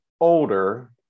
older